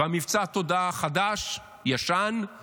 ומבצע התודעה החדש-ישן הוא